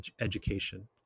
education